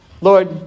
Lord